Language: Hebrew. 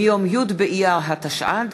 מיום י' באייר התשע"ד,